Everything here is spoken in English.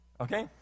Okay